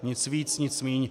Nic víc, nic míň.